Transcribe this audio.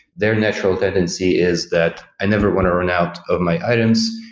their natural tendency is that, i never want to run out of my items.